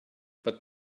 but